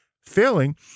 failing